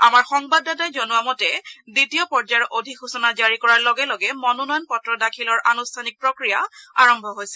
আমাৰ সংবাদদাতাই জনোৱা মতে দ্বিতীয় পৰ্যায়ৰ অধিসূচনা জাৰি কৰাৰ লগে লগে মনোনয়ন পত্ৰ দাখিলৰ আনুষ্ঠানিক প্ৰক্ৰিয়া আৰম্ভ হৈছে